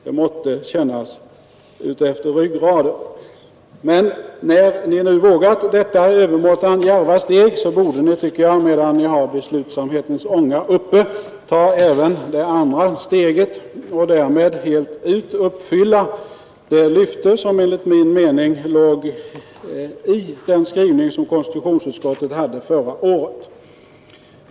Det måste kännas utefter ryggraden. Men när ni nu vågat detta över måttan djärva steg borde ni, medan ni har beslutsamhetens ånga uppe, ta även det andra steget och därmed helt ut uppfylla det löfte som enligt min mening låg i den skrivning som konstitutionsutskottet hade förra året.